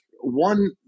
one